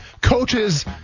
coaches